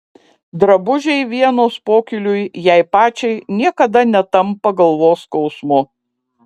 drabužiai vienos pokyliui jai pačiai niekada netampa galvos skausmu